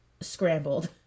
scrambled